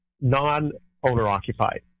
non-owner-occupied